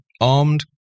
armed